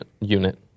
unit